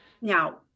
Now